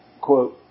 quote